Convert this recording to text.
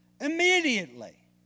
Immediately